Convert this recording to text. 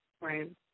Right